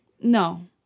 No